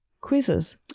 quizzes